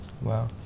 Wow